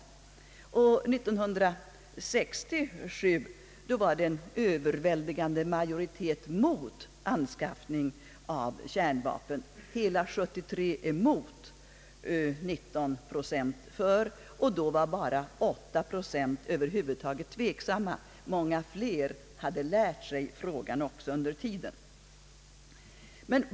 1967 fanns en överväldigande majoritet mot anskaffning av kärnvapen, hela 73 procent mot och 19 procent för. Då var bara 8 procent tveksamma. Många fler har lärt sig frågan under tiden.